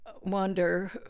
wonder